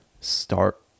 start